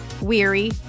weary